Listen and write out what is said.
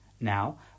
Now